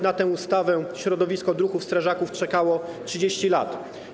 Na tę ustawę środowisko druhów strażaków czekało 30 lat.